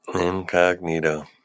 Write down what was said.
Incognito